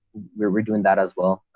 we're we're doing that as well.